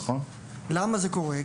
למה זה קורה?